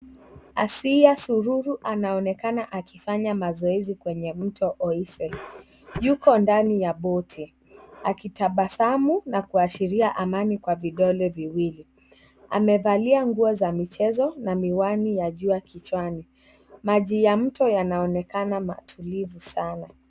Asia sururu anaonekana akifanya mazoezi kwenye mto Olise. Yuko ndani ya boti akitabasamu na kuashiria amani kwa vidole viwili. Amevalia nguo za michezo na mwani ya jua kichwani. Maji ya mto yanaonekena matulivu sana.